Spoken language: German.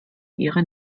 ihre